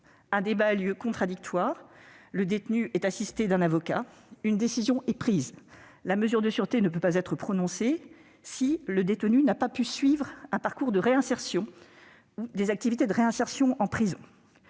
a lieu en présence du détenu, assisté d'un avocat ; une décision est prise. La mesure de sûreté ne peut être prononcée si le détenu n'a pu suivre un parcours de réinsertion ou des activités de réinsertion lors